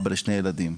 אבא לשני ילדים.